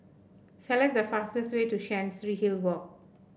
select the fastest way to Chancery Hill Walk